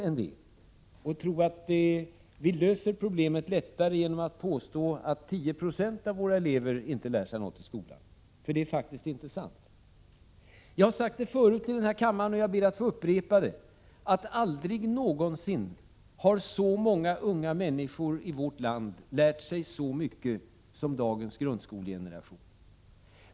Vi skall inte tro att vi lättare löser problemet genom att påstå att 10 96 av eleverna inte lär sig någonting i skolan — det är inte sant. Jag har sagt det förut i denna kammare och ber att få upprepa det, nämligen att aldrig någonsin har så många unga människor i vårt land lärt sig så mycket som dagens grundskolegeneration.